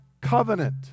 covenant